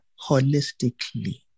holistically